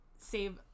save